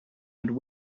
and